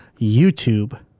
YouTube